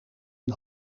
een